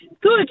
Good